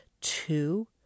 two